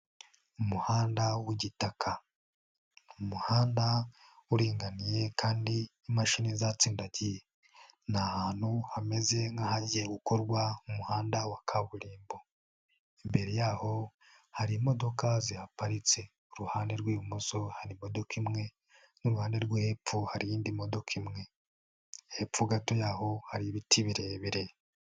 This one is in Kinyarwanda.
Umuhanda w'igitaka, ni umumuhanda uringaniye kandi imashini izatsindagiye, ni ahantu hameze nk'ahagiye gukorwa umuhanda wa kaburimbo, imbere yaho hari imodoka zihaparitse. Kuruhande rw'ibumoso hari imodoka imwe, n'iruhande rwo hepfo hari indi modoka imwe. Hepfo gato yaho hari ibiti birebire.